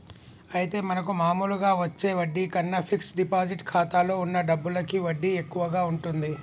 అయితే మనకు మామూలుగా వచ్చే వడ్డీ కన్నా ఫిక్స్ డిపాజిట్ ఖాతాలో ఉన్న డబ్బులకి వడ్డీ ఎక్కువగా ఉంటుంది